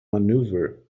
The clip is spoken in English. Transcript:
maneuver